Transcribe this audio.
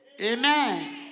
Amen